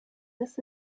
this